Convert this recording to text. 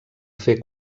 fer